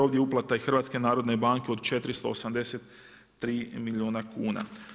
Ovdje uplata je HNB-a od 483 milijuna kuna.